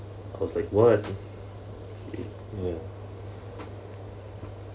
I was like what y~ ya